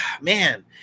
man